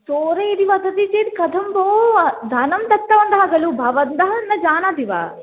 चोरः इति वदति चेत् कथं भोः धनं दत्तवन्तः खलु भवन्तः न जानन्ति वा